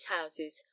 houses